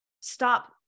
stop